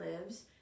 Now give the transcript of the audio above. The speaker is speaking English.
lives